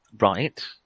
Right